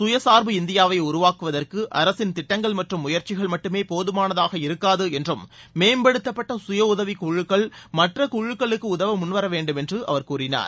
சுயசார்பு இந்தியாவைஉருவாக்குவதற்குஅரசின் திட்டங்கள் மற்றும் முயற்சிகள் மட்டுமேபோதுமானதாக இருக்காதுஎன்றும் மேம்படுத்தப்பட்ட சுய உதவிக்குழுக்கள் மற்றகுழுக்களுக்குஉதவமுன்வரவேண்டும் என்றும் அவர் கூறினார்